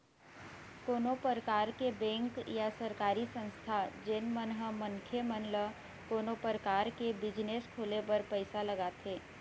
कोनो परकार के बेंक या सरकारी संस्था जेन मन ह मनखे मन ल कोनो परकार के बिजनेस खोले बर पइसा लगाथे